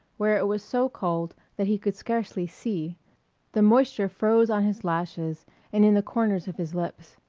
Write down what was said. where it was so cold that he could scarcely see the moisture froze on his lashes and in the corners of his lips.